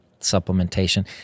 supplementation